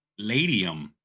Ladium